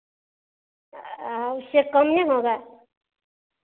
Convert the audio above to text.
उससे कम नहीं होगा